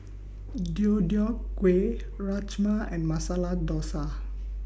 Deodeok Gui Rajma and Masala Dosa